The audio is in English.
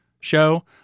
show